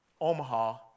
Omaha